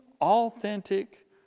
authentic